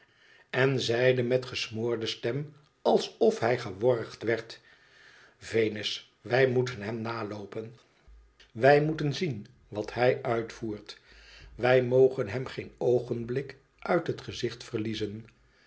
en zeide met gemoorde stem alsof hij geworgd werd venus wij moeten hem naloopen wij moeten zien wat hij uitvoert wij mogen hem geen oogenblik uit het gezicht verliezen